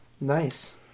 Nice